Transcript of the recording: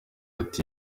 ati